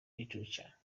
literature